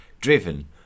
driven